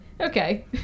okay